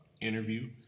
interview